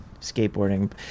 skateboarding